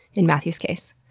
in matthew's case.